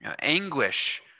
Anguish